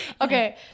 Okay